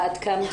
ואת קמת